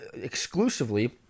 exclusively